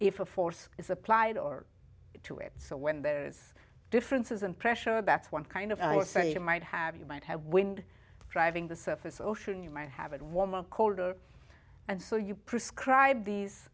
if a force is applied or to it so when there's differences in pressure bats one kind of might have you might have wind driving the surface ocean you might have it warmer or colder and so you prescribe these